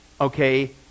okay